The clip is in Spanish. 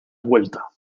vuelta